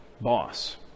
boss